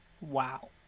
Wow